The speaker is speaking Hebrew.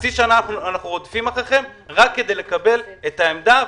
חצי שנה אנחנו רודפים אחריכם רק כדי לקבל את העמדה.